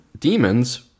demons